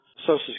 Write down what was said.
Social